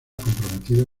comprometida